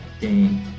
game